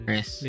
Yes